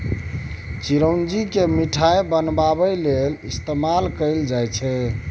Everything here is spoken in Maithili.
चिरौंजी केँ मिठाई बनाबै लेल इस्तेमाल कएल जाई छै